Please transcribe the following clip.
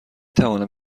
توانم